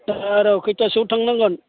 दा आरो खैथासोआव थांनांगोन